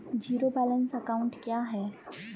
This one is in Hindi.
ज़ीरो बैलेंस अकाउंट क्या है?